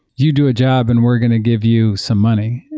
you do a job and we're going to give you some money.